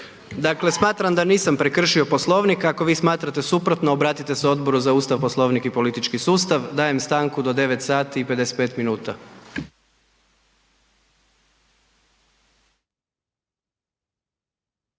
Dakle, smatram da nisam prekršio Poslovnik, ako vi smatrate suprotno obratite se Odboru za Ustav, Poslovnik i politički sustav. Dajem stanku do 9,55h.